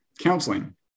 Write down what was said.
counseling